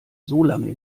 solange